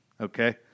okay